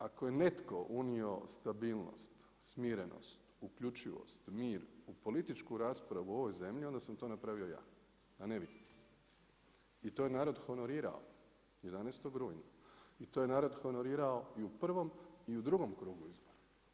Ako je netko unio stabilnost, smirenost, uključivost, mir u političku raspravu u ovoj zemlji onda sam to napravio ja i to je narod honorirao 11. rujna i to je narod honorirao i u prvom i u drugom krugu izbora.